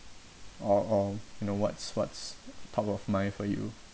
or or you know what's what's top of mind for you